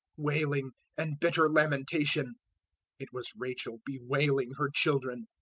wailing and bitter lamentation it was rachel bewailing her children,